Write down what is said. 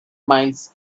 miles